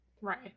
Right